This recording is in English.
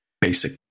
basic